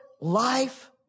life